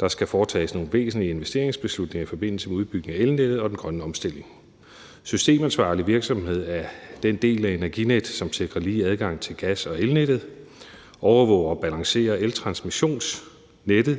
Der skal foretages nogle væsentlige investeringsbeslutninger i forbindelse med udbygningen af elnettet og den grønne omstilling. Den systemansvarlige virksomhed er den del af Energinet, som sikrer en lige adgang til gas- og elnettet, overvåger og balancerer eltransmissionsnettet